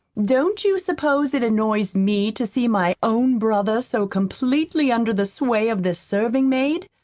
don't you suppose it annoys me to see my own brother so completely under the sway of this serving-maid?